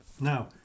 Now